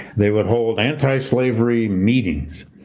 they would hold anti-slavery meetings,